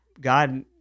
god